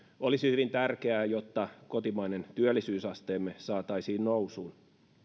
olisi hyvin tärkeää jotta kotimainen työllisyysasteemme saataisiin nousuun